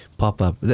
pop-up